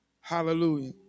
hallelujah